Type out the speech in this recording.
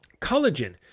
collagen